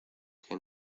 que